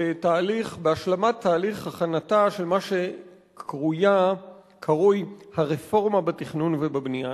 בהשלמת תהליך הכנתה של מה שקרויה הרפורמה בתכנון ובבנייה.